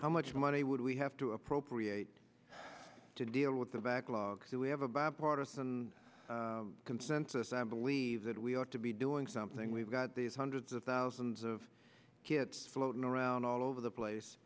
how much money would we have to appropriate to deal with the backlog that we have a bipartisan consensus i believe that we ought to be doing something we've got these hundreds of thousands of kids floating around all over the place